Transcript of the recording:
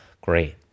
great